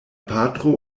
patro